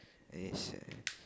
is uh